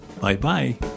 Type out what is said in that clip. Bye-bye